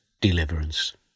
deliverance